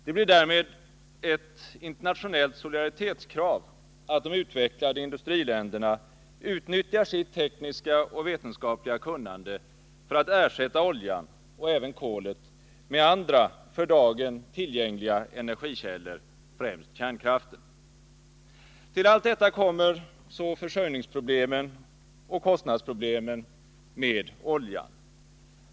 Det blir därmed ett internationellt solidaritetskrav att de utvecklade industriländerna utnyttjar sitt tekniska och vetenskapliga kunnande för att ersätta oljan och även kolet med andra för dagen tillgängliga energikällor, främst kärnkraften. Till allt detta kommer så försörjningsoch kostnadsproblemen med oljan.